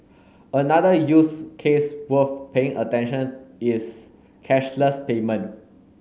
another use case worth paying attention is cashless payment